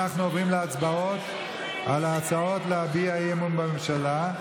אנחנו עוברים להצבעות על ההצעות להביע אי-אמון בממשלה.